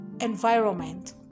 environment